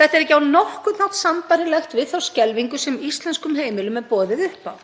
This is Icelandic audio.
Þetta er ekki á nokkurn hátt sambærilegt við þá skelfingu sem íslenskum heimilum er boðið upp á.